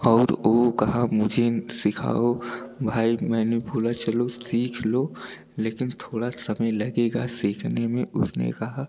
और वह कहा मुझे सिखाओ भाई मैंने बोला चलो सीख लो लेकिन थोड़ा समय लगेगा सीखने में उसने का